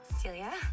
Celia